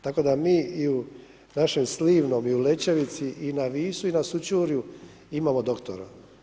Tako da mi u našem Slivnom i u Lećevici, i na Visu i na Sućurju imamo doktora.